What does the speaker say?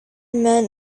men